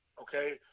okay